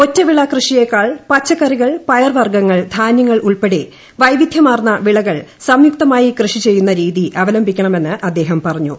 ഒറ്റവിള കൃഷിയേക്കാൾ പച്ചക്കറികൾ പയർവർഗ്ഗങ്ങൾ ധാന്യങ്ങൾ ഉൾപ്പെടെ വൈവിദ്ധ്യമാർന്ന വിളകൾ സംയുക്തമായി കൃഷിചെയ്യുന്ന രീതി അവലംബിക്കണമെന്ന് അദ്ദേഹം പറഞ്ഞു